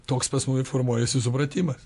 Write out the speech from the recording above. toks pas mu ir formuojasi supratimas